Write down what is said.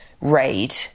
raid